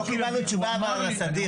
אבל לא קיבלנו תשובה על הסדיר.